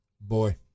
Boy